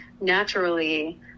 naturally